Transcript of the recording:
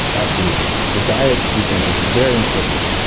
absolutely. the diet we think is very important.